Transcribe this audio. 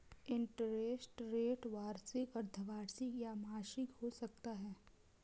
interest rate वार्षिक, अर्द्धवार्षिक या मासिक हो सकता है